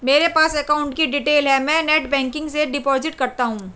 मेरे पास अकाउंट की डिटेल है मैं नेटबैंकिंग से डिपॉजिट करता हूं